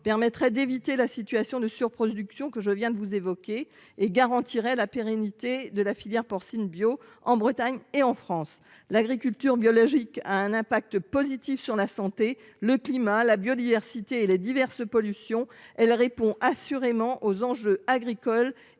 permettrait d'éviter la situation de surproduction que je viens de vous évoquez et garantirait la pérennité de la filière porcine bio en Bretagne et en France l'agriculture biologique a un impact positif sur la santé, le climat, la biodiversité et les diverses pollutions elle répond assurément aux enjeux agricoles